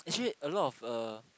actually a lot of uh